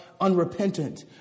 unrepentant